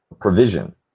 provision